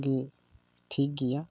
ᱜᱮ ᱴᱷᱤᱠ ᱜᱮᱭᱟ